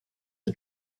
are